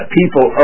people